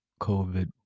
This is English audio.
COVID